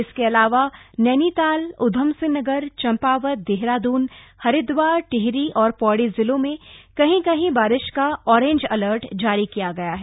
इसके अलावा नघ्रीताल उधमसिंह नगर चंपावत देहरादून हरिद्वार टिहरी और पौड़ी जिलों में कहीं कहीं बारिश का ऑरेंज अलर्ट जारी किया गया है